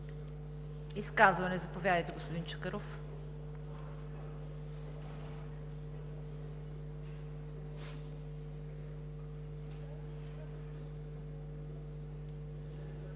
Изказване – заповядайте, господин Чакъров.